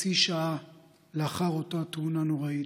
30 בנובמבר,